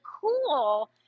cool